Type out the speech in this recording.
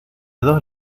dos